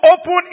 open